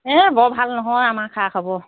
এ বৰ ভাল নহয় আমাৰ খা খবৰ